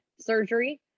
surgery